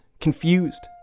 confused